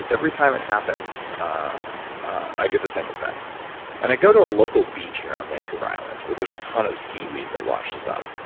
every time it happens ah i get the same affects and i go to a local beach here on vancouver island where there's a ton of seaweed that washes up.